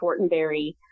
Fortenberry